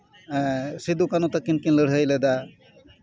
ᱥᱤᱫᱩ ᱠᱟᱹᱱᱦᱩ ᱛᱟᱹᱠᱤᱱ ᱠᱤᱱ ᱞᱟᱹᱲᱦᱟᱹᱭ ᱞᱮᱫᱟ